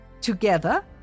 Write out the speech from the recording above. together